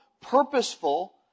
purposeful